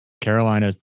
Carolina